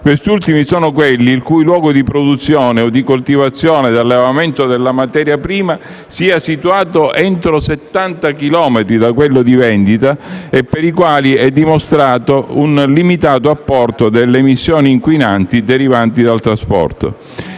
Questi ultimi sono quelli il cui luogo di produzione, coltivazione o allevamento della materia prima sia situato entro 70 chilometri da quello di vendita e per i quali è dimostrato un limitato apporto delle emissioni inquinanti derivanti dal trasporto.